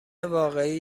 واقعی